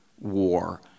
war